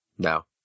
No